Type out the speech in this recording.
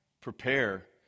Prepare